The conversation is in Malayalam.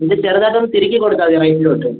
ഇത് ചെറുതായിട്ടൊന്ന് തിരുക്കി കൊടുത്താൽ മതി റൈറ്റിലോട്ട്